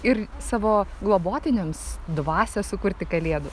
ir savo globotiniams dvasią sukurti kalėdų